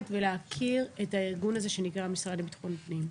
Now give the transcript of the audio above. ולהכיר את הארגון הזה שנקרא המשרד לביטחון פנים.